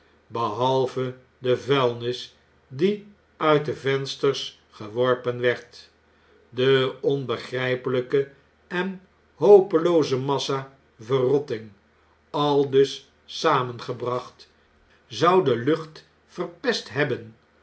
behalve de vuilnis die uitdevensters geworpen werd de onbegrjjpelijke en hopelooze massa verrotting aldus samengebracht zou de lucht verpest hebben